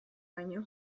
baino